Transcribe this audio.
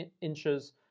inches